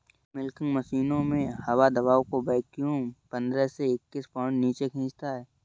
milking मशीनों में हवा दबाव को वैक्यूम पंद्रह से इक्कीस पाउंड नीचे खींचता है